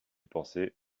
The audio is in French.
penser